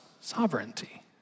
sovereignty